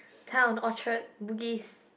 town Orchard Bugis